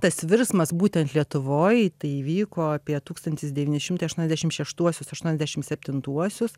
tas virsmas būtent lietuvoj tai įvyko apie tūkstantis devyni šimtai aštuoniasdešim šeštuosius aštuoniasdešim septintuosius